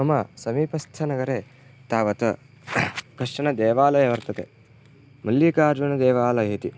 मम समीपस्थनगरे तावत् कश्चन देवालयः वर्तते मल्लिकार्जुनदेवालय इति